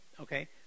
Okay